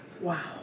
Wow